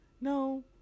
No